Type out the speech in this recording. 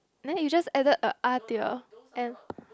there you just added a ah to your end